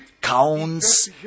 counts